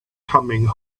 coming